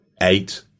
eight